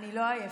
אני לא עייפה.